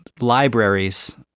libraries